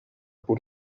por